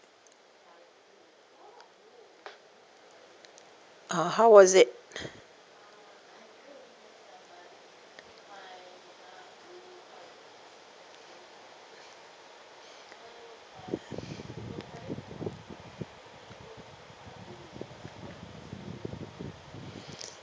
uh how was it